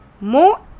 more